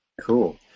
Cool